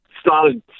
started